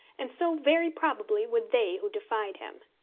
and so very probably would they who defied him.